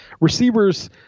Receivers